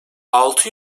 altı